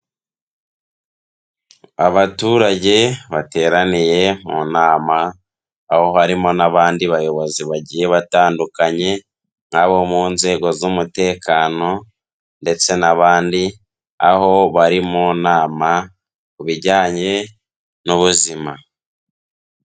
Abaturage bateraniye mu nama, aho harimo n'abandi bayobozi bagiye batandukanye nk'abo mu nzego z'umutekano ndetse n'abandi, aho bari mu nama ku bijyanye n'ubuzima.